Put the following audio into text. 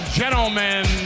gentlemen